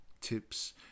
tips